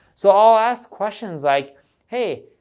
so i'll ask questions like hey,